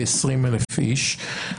כ-20,000 איש.